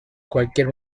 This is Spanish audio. cualquier